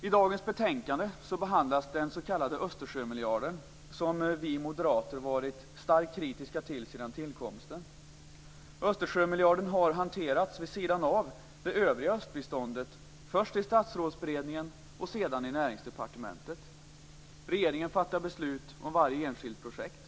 I dagens betänkande behandlas den s.k. Östersjömiljarden, som vi moderater varit starkt kritiska mot sedan tillkomsten. Östersjömiljarden har hanterats vid sidan av det övriga östbiståndet, först i Statsrådsberedningen och sedan i Näringsdepartementet. Regeringen fattar beslut om varje enskilt projekt.